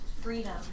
freedom